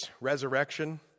resurrection